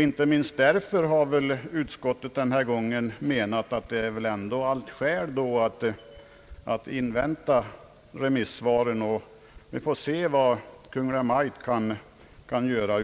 Inte minst därför har utskottet denna gång menat att det är allt skäl att invänta remissvaren och se vad Kungl. Maj:t sedan gör.